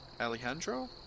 Alejandro